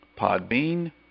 Podbean